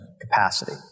capacity